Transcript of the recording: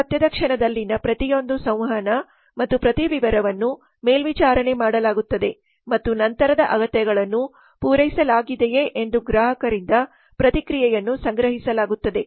ಸತ್ಯದ ಕ್ಷಣದಲ್ಲಿನ ಪ್ರತಿಯೊಂದು ಸಂವಹನ ಮತ್ತು ಪ್ರತಿ ವಿವರವನ್ನು ಮೇಲ್ವಿಚಾರಣೆ ಮಾಡಲಾಗುತ್ತದೆ ಮತ್ತು ನಂತರದ ಅಗತ್ಯಗಳನ್ನು ಪೂರೈಸಲಾಗಿದೆಯೆ ಎಂದು ಗ್ರಾಹಕರಿಂದ ಪ್ರತಿಕ್ರಿಯೆಯನ್ನು ಸಂಗ್ರಹಿಸಲಾಗುತ್ತದೆ